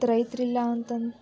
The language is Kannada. ಮತ್ತು ರೈತರು ಇಲ್ಲ ಅಂತಂದು